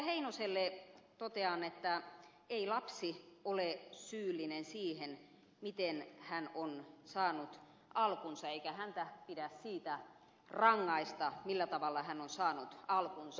heinoselle totean että ei lapsi ole syyllinen siihen miten hän on saanut alkunsa eikä häntä pidä siitä rangaista millä tavalla hän on saanut alkunsa